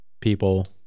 people